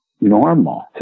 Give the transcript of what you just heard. normal